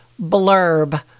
blurb